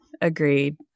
Agreed